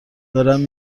دارم